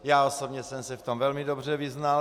Já osobně jsem se v tom velmi dobře vyznal.